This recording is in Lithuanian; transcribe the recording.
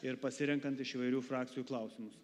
ir pasirenkant iš įvairių frakcijų klausimus